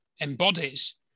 embodies